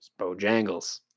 Bojangles